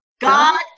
God